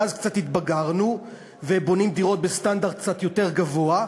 מאז קצת התבגרנו ובונים דירה בסטנדרט קצת יותר גבוה.